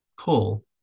pull